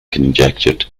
conjectured